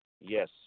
Yes